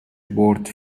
بٌرد